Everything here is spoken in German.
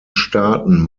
staaten